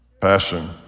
Passion